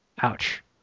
Ouch